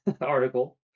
article